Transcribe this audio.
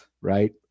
right